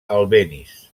albéniz